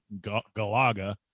Galaga